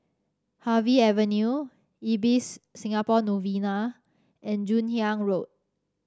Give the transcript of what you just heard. Harvey Avenue Ibis Singapore Novena and Joon Hiang Road